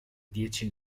dieci